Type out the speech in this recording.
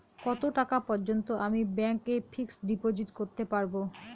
কত টাকা পর্যন্ত আমি ব্যাংক এ ফিক্সড ডিপোজিট করতে পারবো?